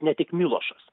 ne tik milošas